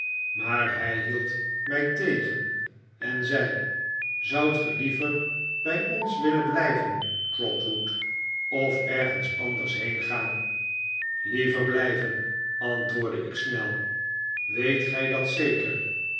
maar hij hield mij tegen en zei zoudt ge liever bij ons willen blijven trotwood of ergens anders heengaan liever blijven antwoordde ik snel weet gij dat zeker